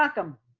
jocham.